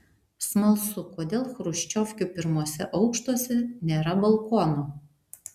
smalsu kodėl chruščiovkių pirmuose aukštuose nėra balkonų